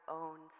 own